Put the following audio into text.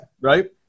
Right